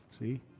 See